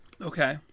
okay